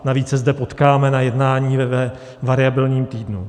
Navíc se zde potkáme na jednání ve variabilním týdnu.